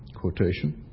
quotation